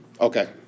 Okay